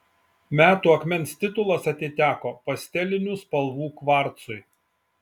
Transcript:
metų akmens titulas atiteko pastelinių spalvų kvarcui